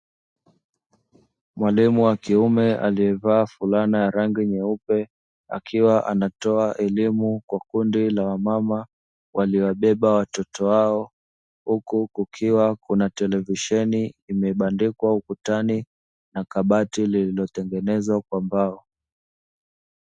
Mwalimu wa kiume aliyevaa fulana ya rangi nyeupe akiwa anatoa elimu kwa kundi la wamama waliowabeba watoto wao. Huku kukiwa kuna televisheni imebandikwa ukutani na kabati lililotengenezwa kwa mbao.